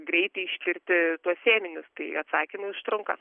greitai ištirti tuos ėminius tai atsakymai užtrunka